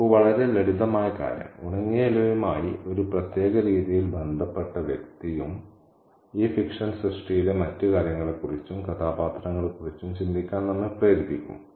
നോക്കൂ വളരെ ലളിതമായ കാര്യം ഉണങ്ങിയ ഇലയുമായി ഒരു പ്രത്യേക രീതിയിൽ ബന്ധപ്പെട്ട വ്യക്തിയും ഈ ഫിക്ഷൻ സൃഷ്ടിയിലെ മറ്റ് കാര്യങ്ങളെക്കുറിച്ചും കഥാപാത്രങ്ങളെക്കുറിച്ചും ചിന്തിക്കാൻ നമ്മെ പ്രേരിപ്പിക്കും